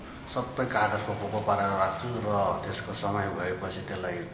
सबै कागजमा पोको पारेर राख्छु र त्यसको समय भएपछि त्यसलाई